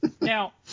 now